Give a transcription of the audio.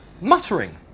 muttering